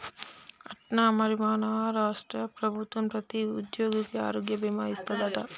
అట్నా మరి మన రాష్ట్ర ప్రభుత్వం ప్రతి ఉద్యోగికి ఆరోగ్య భీమా ఇస్తాదట